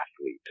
athlete